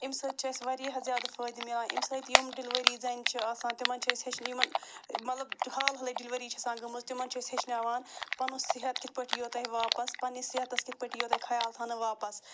اَمہِ سۭتۍ چھِ اَسہِ واریاہ زیادٕ فٲیدٕ مِلان اَمہِ سۭتۍ یِم ڈِلؤری زَنہِ چھِ آسان تِمَن چھِ أسۍ ہیٚچھنہِ یِمن مطلب حال حالَے ڈِلؤری چھِ آسان گٔمٕژ تِمَن چھِ أسۍ ہیٚچھناوان پنُن صحت کِتھ پٲٹھۍ یِیو تۄہہِ واپس پنٛنِس صحتس کِتھ پٲٹھۍ یِیو تۄہہِ خیال تھاونہٕ واپس